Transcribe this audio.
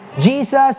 Jesus